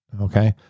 Okay